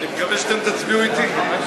אני מקווה שאתם תצביעו אתי.